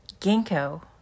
ginkgo